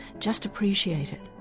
just appreciate it,